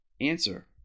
Answer